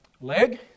leg